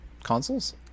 consoles